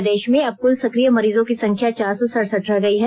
प्रदेश में अब कुल सकिय मरीजों की संख्या चार सौ सड़सठ रह गई है